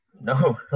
no